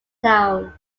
town